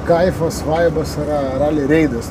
kaifas vaibas yra raly reidas